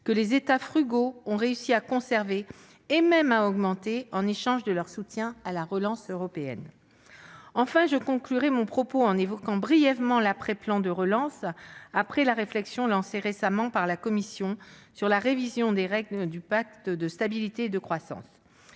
-que les États frugaux ont réussi à conserver, et dont ils ont même obtenu l'augmentation, en échange de leur soutien à la relance européenne. Je conclurai mon propos en évoquant brièvement l'après-plan de relance et la consultation lancée récemment par la Commission européenne sur la révision des règles du pacte de stabilité et de croissance.